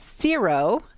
Zero